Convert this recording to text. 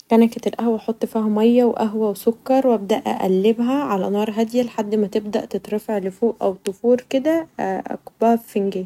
كنكه القهوه أبدا احط فيها قهوه و مايه و سكر و أبدا اقلبها علي نار هاديه لحد ما تبدا تترفع لفوق او تفور كدا ، اكُبها في فنجان.